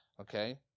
Okay